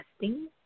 testing